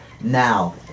Now